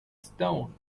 stone